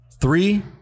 Three